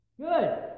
Good